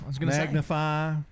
Magnify